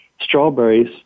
strawberries